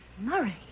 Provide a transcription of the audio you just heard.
Murray